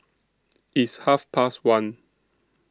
its Half Past one